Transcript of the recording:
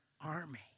army